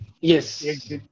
yes